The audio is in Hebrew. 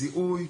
זיהוי,